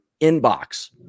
inbox